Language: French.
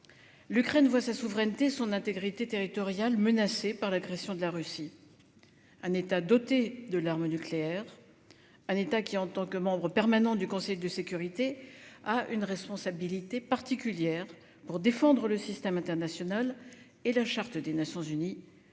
L'Ukraine voit sa souveraineté et son intégrité territoriales menacées par l'agression de la Russie. Un État doté de l'arme nucléaire, un État qui, en tant que membre permanent du Conseil de sécurité, a une responsabilité particulière pour défendre le système international et la Charte des Nations unies,